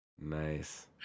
Nice